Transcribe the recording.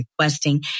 requesting